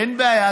אין בעיה,